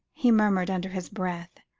he murmured under his breath,